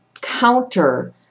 counter